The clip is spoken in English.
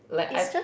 like I